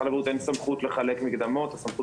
למשרד הבריאות אין סמכות לחלק מקדמות אלא היא